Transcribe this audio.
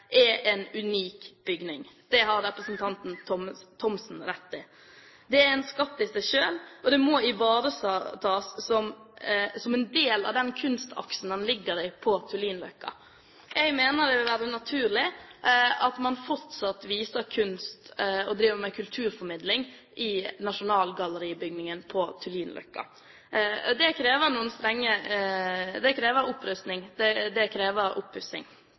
en unik bygning. Det har representanten Thomsen rett i. Den er en skatt i seg selv, og den må ivaretas som en del av den kunstaksen den ligger i på Tullinløkka. Jeg mener det vil være naturlig at man fortsatt viser kunst og driver med kulturformidling i nasjonalgalleribygningen på Tullinløkka. Det krever opprustning, det krever oppussing. Det